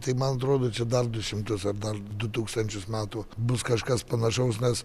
tai man atrodo čia dar du šimtus ar dar du tūkstančius metų bus kažkas panašaus nes